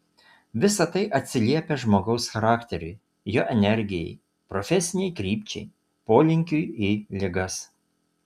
visa tai atsiliepia žmogaus charakteriui jo energijai profesinei krypčiai polinkiui į ligas